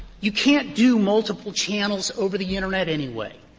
you can't do multiple channels over the internet anyway.